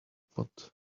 pot